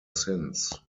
since